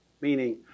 meaning